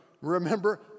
remember